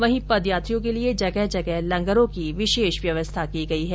वहीं पद यात्रियों के लिए जगह जगह लंगरों की व्यवस्था की गई है